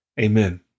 Amen